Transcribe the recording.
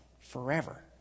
forever